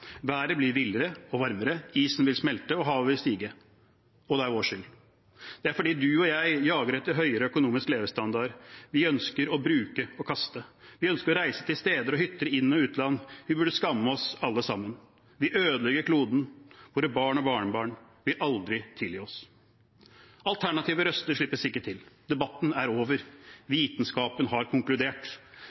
blir villere og varmere. Isen vil smelte, og havet vil stige – og det er vår skyld. Det er fordi du og jeg jager etter høyere økonomisk levestandard. Vi ønsker å bruke og kaste, vi ønsker å reise til steder og hytter i inn- og utland. Vi burde skamme oss alle sammen. Vi ødelegger kloden. Våre barn og barnebarn vil aldri tilgi oss. Alternative røster slippes ikke til. Debatten er over. Vitenskapen har konkludert.